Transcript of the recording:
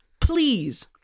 Please